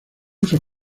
usos